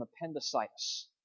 appendicitis